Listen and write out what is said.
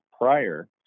prior